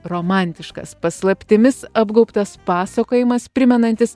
romantiškas paslaptimis apgaubtas pasakojimas primenantis